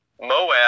Moab